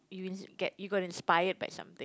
you ins~ get you got inspired by something